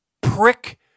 prick